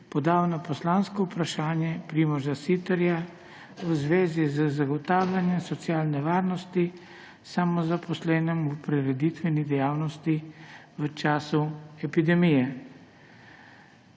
podal na poslansko vprašanje Primoža Siterja v zvezi z zagotavljanjem socialne varnosti samozaposlenim v prireditveni dejavnosti v času epidemije.